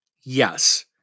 Yes